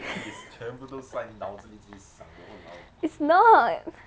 it's not